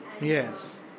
Yes